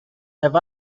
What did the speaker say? have